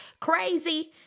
crazy